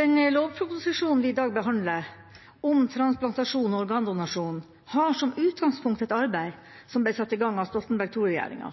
Den lovproposisjonen vi i dag behandler, om transplantasjon og organdonasjon, har som utgangspunkt et arbeid som ble satt i gang av Stoltenberg II-regjeringa.